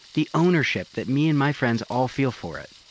the ownership that me and my friends all feel for it.